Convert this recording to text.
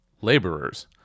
laborers